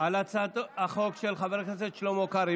על הצעת החוק של חבר הכנסת שלמה קרעי.